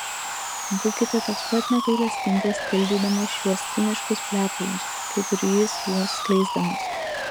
būkite toks pat negailestingas tildydamas šiuos ciniškus plepalus kaip ir jis juos skleisdamas